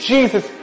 Jesus